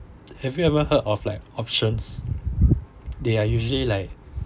have you ever heard of like options they are usually like